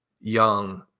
Young